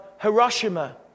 Hiroshima